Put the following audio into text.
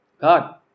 God